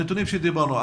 הנתונים שדיברנו.